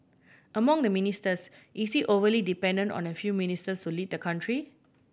among the ministers is he overly dependent on a few ministers to lead the country